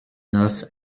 north